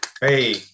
Hey